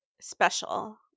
special